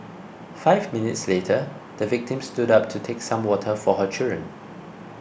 five minutes later the victim stood up to take some water for her children